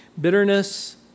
Bitterness